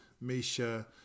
Misha